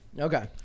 Okay